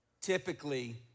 typically